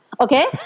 Okay